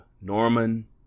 Norman